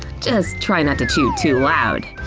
just try not to chew too loud.